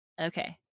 okay